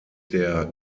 der